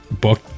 book